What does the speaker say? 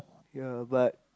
ya but